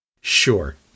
sure